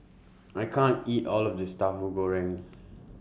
I can't eat All of This Tahu Goreng